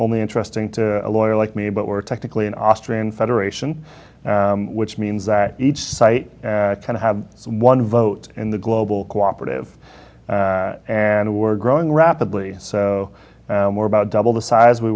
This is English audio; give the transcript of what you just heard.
only interesting to a lawyer like me but we're technically an austrian federation which means that each site kind of have one vote in the global co operative and we're growing rapidly so we're about double the size we